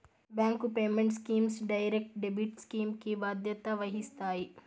bank payment schemes direct debit scheme కి బాధ్యత వహిస్తాయి